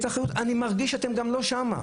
אני מרגיש שאתם גם לא שם.